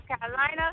Carolina